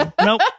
Nope